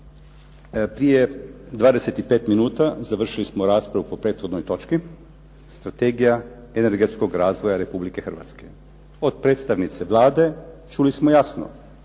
Prije 25 minuta završili smo raspravu po prethodnoj točki Strategija energetskog razvoja Republike Hrvatske. Od predstavnice Vlade čuli smo jasno